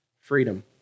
freedom